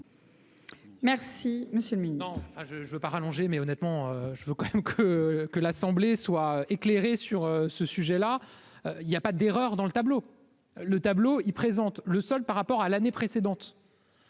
Merci monsieur le maintenant enfin je je pas rallonger mais honnêtement je veux quand même que, que l'assemblée soit éclairée sur ce sujet-là, il y a pas d'erreur dans le tableau, le tableau, il présente le sol par rapport à l'année précédente.